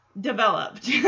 developed